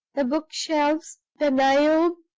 the bookshelves, the niobe,